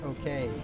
okay